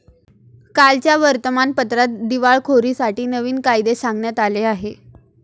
कालच्या वर्तमानपत्रात दिवाळखोरीसाठी नवीन कायदे सांगण्यात आले आहेत